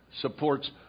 supports